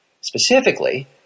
Specifically